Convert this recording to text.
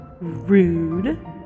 rude